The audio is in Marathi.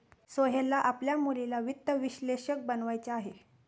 सोहेलला आपल्या मुलीला वित्त विश्लेषक बनवायचे आहे